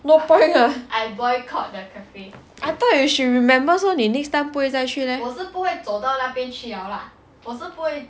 no point ah I thought you should remember so 你 next time 不会再去 leh